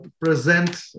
present